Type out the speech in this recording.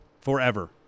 Forever